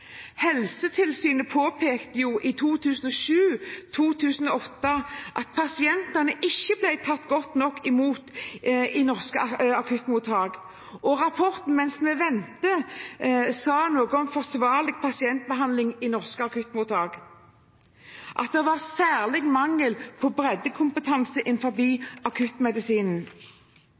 Helsetilsynet påpekte i 2008 at pasientene ikke ble tatt godt nok imot i norske akuttmottak, og rapporten «Mens vi venter …» sa noe om forsvarlig pasientbehandling i norske akuttmottak, og at det var særlig mangel på breddekompetanse